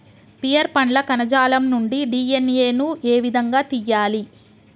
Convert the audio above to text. Pear పండ్ల కణజాలం నుండి డి.ఎన్.ఎ ను ఏ విధంగా తియ్యాలి?